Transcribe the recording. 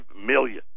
million